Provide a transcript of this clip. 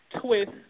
Twist